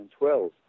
2012